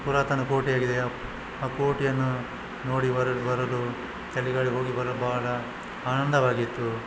ಪುರಾತನ ಕೋಟೆಯಾಗಿದೆ ಆ ಕೋಟೆಯನ್ನು ನೋಡಿ ಬರಲು ಚಳಿಗಾಲಕ್ಕೆ ಹೋಗಿ ಬರಲು ಬಹಳ ಆನಂದವಾಗಿತ್ತು